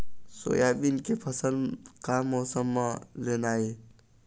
Soybean के फसल का मौसम म लेना ये?